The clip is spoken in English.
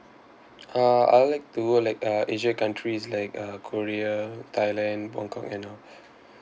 uh I'd like to go like uh asia countries like uh korea thailand bangkok and all